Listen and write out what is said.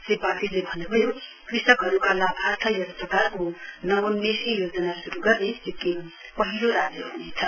श्री पाटिलले भन्नुभयो कृषकहरुका लाभार्थ यस प्रकारको नवोमेषी योजना शुरु गर्ने सिक्किम पहिलो राज्य ह्नेछ